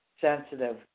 sensitive